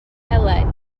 elen